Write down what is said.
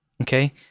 okay